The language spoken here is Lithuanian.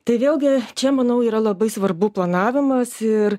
tai vėlgi čia manau yra labai svarbu planavimas ir